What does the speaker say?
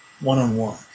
one-on-one